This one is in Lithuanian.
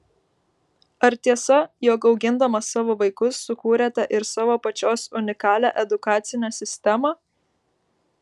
ar tiesa jog augindama savo vaikus sukūrėte ir savo pačios unikalią edukacinę sistemą